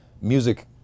Music